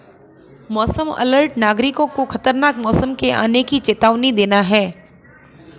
मौसम अलर्ट नागरिकों को खतरनाक मौसम के आने की चेतावनी देना है